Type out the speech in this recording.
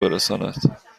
برساند